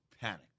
panic